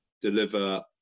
deliver